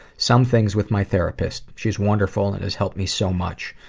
some things with my therapist. she is wonderful and has helped me so much.